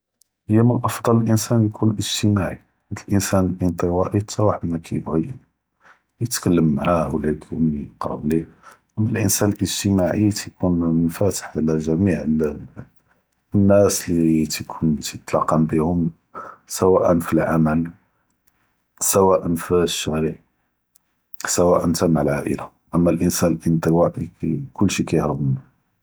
הי מן אלאפצ’ל לאנסאן יכון אג’תימאעי، חית לאנסאן אלאנטוואאי תאוואחד מא כיבגי יתהדר מעאה ולא יכונוא קרוב ליה، אלא לאנסאן אלאג’תימאעי תיקון מפתח עלא ג’מיע לאנאס לי תיקון תיתלאקא ביהם סואא פלאעמל، סואא פלאשערע، סואא חתה מעא אלעאילה، אלא לאנסאן אלאנטוואאי כולשי כי...